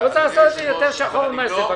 ולא צריך לעשות את זה יותר שחור ממה שזה.